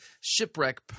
shipwreck